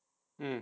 mm